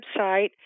website